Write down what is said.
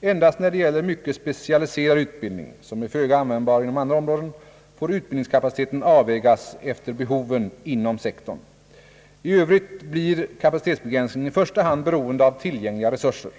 Endast när det gäller mycket specialiserad utbildning — som är föga användbar inom andra områden — får utbildningskapaciteten avvägas efter behoven inom sektorn. I övrigt blir kapacitetsbegränsningar i första hand beroende av tillgängliga resurser.